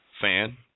fan